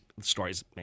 stories